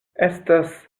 estas